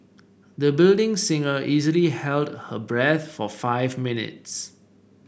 the budding singer easily held her breath for five minutes